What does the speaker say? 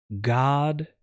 God